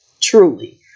truly